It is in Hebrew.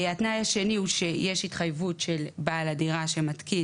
התנאי השני הוא שיש התחייבות של בעל הדירה שמתקין